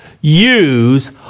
use